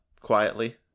quietly